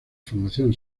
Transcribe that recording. formación